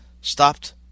stopped